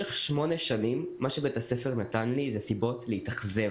במשך 8 שנים מה שבית הספר נתן לי זה סיבות להתאכזב.